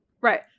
right